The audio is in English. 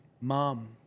mom